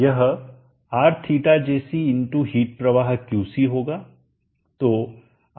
यह Rθjc heat प्रवाह Qc होगा